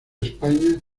españa